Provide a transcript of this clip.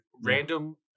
random